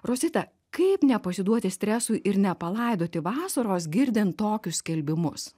rosita kaip nepasiduoti stresui ir nepalaidoti vasaros girdint tokius skelbimus